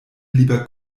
lieber